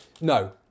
No